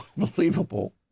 Unbelievable